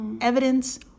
evidence